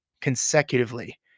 consecutively